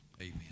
amen